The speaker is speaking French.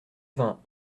vingts